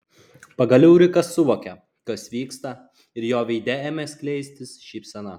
pagaliau rikas suvokė kas vyksta ir jo veide ėmė skleistis šypsena